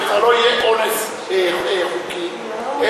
זה כבר לא יהיה אונס חוקי אלא,